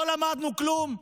לא למדנו כלום?